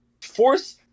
force